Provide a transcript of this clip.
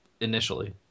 initially